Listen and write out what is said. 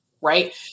right